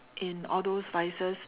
in all those vices